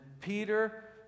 Peter